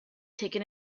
taken